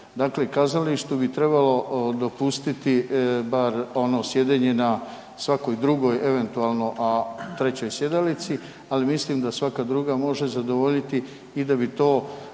Dakle, kazalištu bi trebalo dopustiti bar ono sjedenje na svakoj drugoj, eventualno a trećoj sjedalici, al mislim da svaka druga može zadovoljiti i da bi to